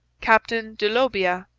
captain de laubia,